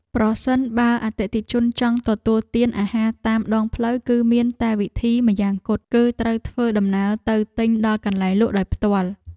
ប្រសិនបើអតិថិជនចង់ទទួលទានអាហារតាមដងផ្លូវគឺមានតែវិធីម្យ៉ាងគត់ គឺត្រូវធ្វើដំណើរទៅទិញដល់កន្លែងលក់ដោយផ្ទាល់។